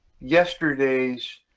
yesterday's